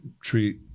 treat